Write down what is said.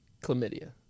Chlamydia